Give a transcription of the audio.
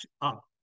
up